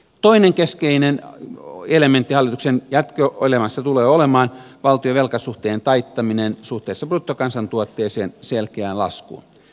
toinen keskeinen elementti hallituksen jatkoelämässä tulee olemaan valtion velkasuhteen taittaminen suhteessa bruttokansantuotteeseen selkeään laskuun